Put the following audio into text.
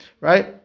right